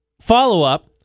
follow-up